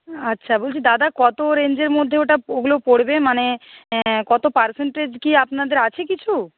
আচ্ছা বলছি দাদা কত রেঞ্জের মধ্যে ওটা ওগুলো পড়বে মানে কত পার্সেন্টেজ কি আপনাদের আছে কিছু